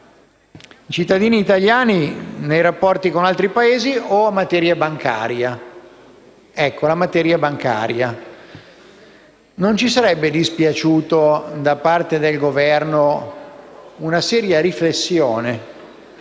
cittadini italiani nei rapporti con altri Paesi o a materia bancaria. Ecco, non ci sarebbe dispiaciuta da parte del Governo una seria riflessione